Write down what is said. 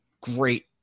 great